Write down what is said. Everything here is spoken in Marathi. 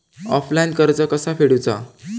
ऑफलाईन कर्ज कसा फेडूचा?